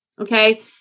okay